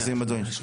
שנייה.